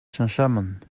cheñchamant